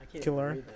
Killer